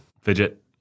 Fidget